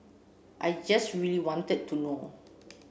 I just really wanted to know